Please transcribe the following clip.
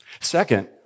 Second